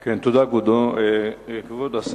תודה, כבודו.